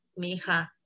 mija